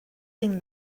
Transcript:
thing